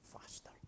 faster